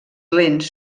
lents